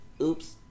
Oops